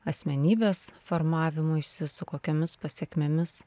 asmenybės formavimuisi su kokiomis pasekmėmis